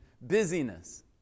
busyness